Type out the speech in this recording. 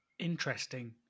Interesting